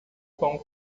pão